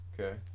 Okay